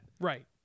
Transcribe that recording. Right